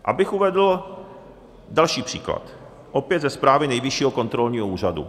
Abych uvedl další příklad, opět ze zprávy Nejvyššího kontrolního úřadu.